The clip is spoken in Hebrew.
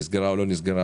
נסגרה או לא נסגרה,